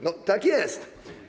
No tak jest.